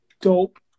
dope